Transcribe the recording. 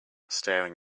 staring